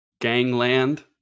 Gangland